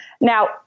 Now